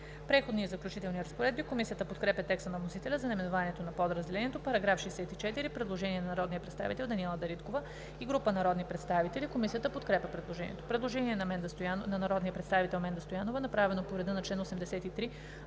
„Преходни и заключителни разпоредби“. Комисията подкрепя текста на вносителя за наименованието на подразделението. По § 64 има предложение от народния представител Даниела Дариткова и група народни представители. Комисията подкрепя предложението. Предложение на народния представител Менда Стоянова, направено по реда на чл. 83,